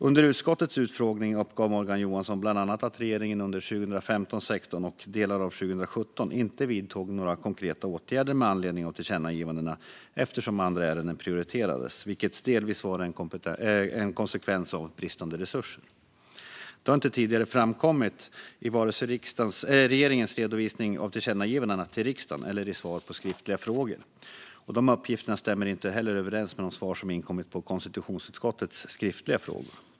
Under utskottets utfrågning uppgav Morgan Johansson bland annat att regeringen under 2015, 2016 och delar av 2017 inte vidtog några konkreta åtgärder med anledning av tillkännagivandena eftersom andra ärenden prioriterades, vilket delvis var en konsekvens av bristande resurser. Detta har inte tidigare framkommit i vare sig regeringens redovisning av tillkännagivandena till riksdagen eller i svar på skriftliga frågor. Dessa uppgifter stämmer inte heller överens med de svar som inkommit på konstitutionsutskottets skriftliga frågor.